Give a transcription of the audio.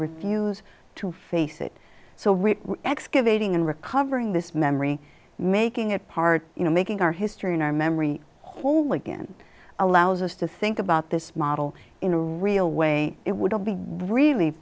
refuse to face it so we excavating and recovering this memory making it part you know making our history in our memory hole again allows us to think about this model in a real way it would all be really